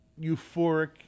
euphoric